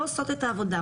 לא עושות את העבודה,